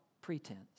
pretense